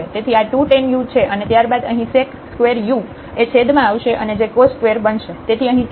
તેથી આ 2 tan u છે અને ત્યારબાદ અહીં sec2u એ છેદમાં આવશે અને જે cos2 બનશે